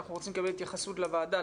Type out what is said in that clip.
אנחנו רוצים לקבל התייחסות לוועדה,